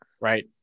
right